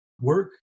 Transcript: work